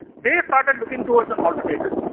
they started looking towards an alternative.